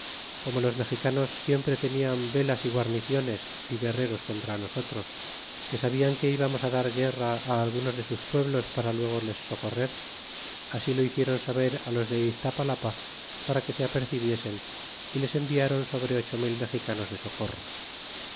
como los mexicanos siempre tenian velas y guarniciones y guerreros contra nosotros que sabian que íbamos dar guerra algunos de sus pueblos para luego les socorrer así lo hicieron saber los de iztapalapa para que se apercebiesen y les enviaron sobre ocho mil mexicanos de socorro